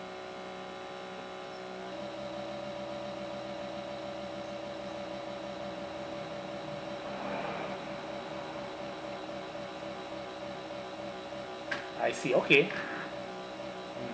I see okay